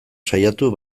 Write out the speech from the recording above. saiatu